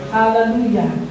Hallelujah